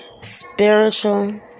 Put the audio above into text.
spiritual